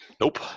Nope